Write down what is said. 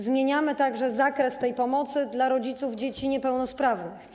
Zmieniamy również zakres tej pomocy dla rodziców dzieci niepełnosprawnych.